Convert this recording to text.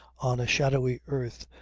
on a shadowy earth,